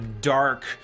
dark